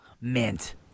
Mint